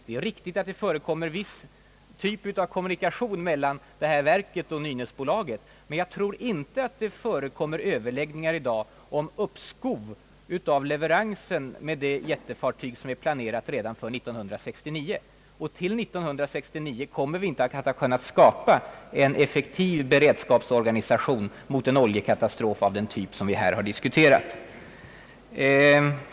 Det är riktigt att det förekommer viss typ av kommunikation mellan detta verk och Nynäsbolaget. Men jag tror inte att det förekommer överläggningar i dag om uppskov med leveransen av det jättefartyg som planerats redan för 1969. Och till 1969 kommer vi inte att ha kunnat skapa en effektiv beredskapsorganisation mot en oljekatastrof av den typ som vi här har diskuterat.